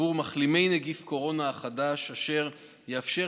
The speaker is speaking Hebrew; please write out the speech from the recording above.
עבור מחלימים מנגיף הקורונה החדש אשר יאפשר